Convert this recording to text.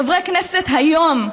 חברי כנסת היום,